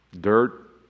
dirt